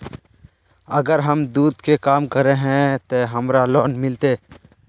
अगर हम दूध के काम करे है ते हमरा लोन मिलते?